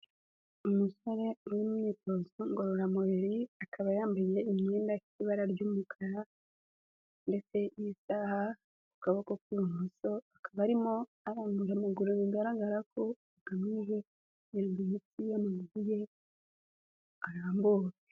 Umusore uri mu myitozo ngororamubiri, akaba yambaye imyenda ifite ibara ry'umukara ndetse n'isaha ku kaboko k'ibumoso, akaba arimo arambura amaguru, bigaragara agamije kugira ngo imitsi y'amaguru ye arambuke.